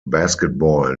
basketball